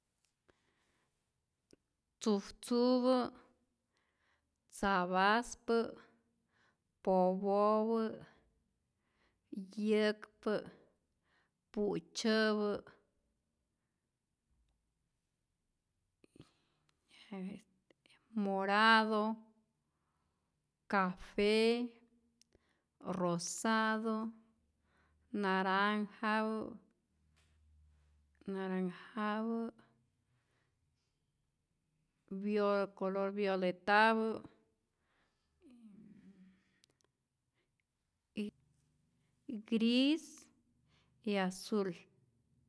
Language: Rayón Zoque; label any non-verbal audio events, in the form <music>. Tzujtzupä, tzapaspä, popopä, yäkpä, pu'tzyäpä, <hesitation> morado, cafe, rosado, naranjado naranjado, vio color violetapä y y gris y azul.